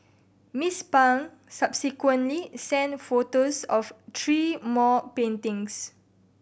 Miss Pang subsequently sent photos of three more paintings